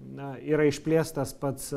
na yra išplėstas pats